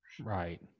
right